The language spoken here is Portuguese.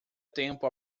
tempo